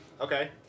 Okay